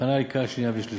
להכנה לקריאה שנייה ושלישית.